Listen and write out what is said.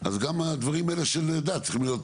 אז גם הדברים האלה של הדת צריכים להית